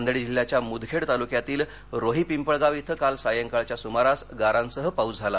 नांदेड जिल्ह्याच्या मुदखेड तालूक्यातील रोहीपिंपळगाव इथं काल सायंकाळच्या सुमारास गारांसह पाऊस झाला